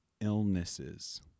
illnesses